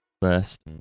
first